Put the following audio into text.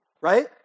right